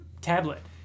tablet